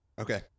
okay